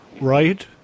right